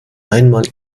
einmal